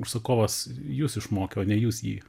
užsakovas jus išmokė o ne jūs jį